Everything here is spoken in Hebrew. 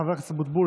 חבר הכנסת אבוטבול,